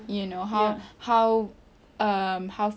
you know how how um how